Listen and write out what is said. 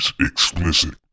explicit